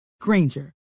Granger